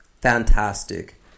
fantastic